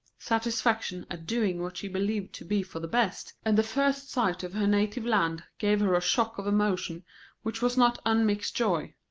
satisfaction at doing what she believed to be for the best, and the first sight of her native land gave her a shock of emotion which was not unmixed joy.